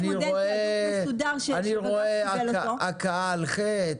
יש מודל מסודר שקובע --- אני רואה הכאה על חטא,